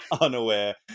unaware